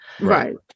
Right